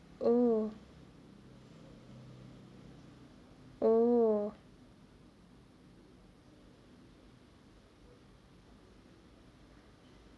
oh oh